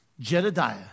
Jedediah